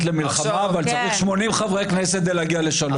למלחמה אבל צריכים 80 חברי כנסת כדי להגיע לשלום.